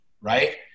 Right